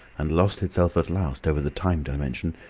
and lost itself at last over the time dimension,